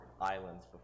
islands